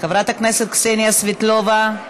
חברת הכנסת קסניה סבטלובה,